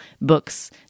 books